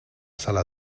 sala